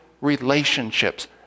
relationships